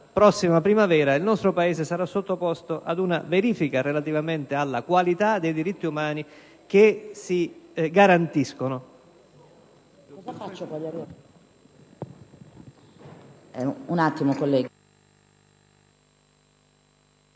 prossima primavera il nostro Paese sarà sottoposto ad una verifica relativamente alla qualità dei diritti umani che si garantiscono.